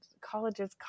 colleges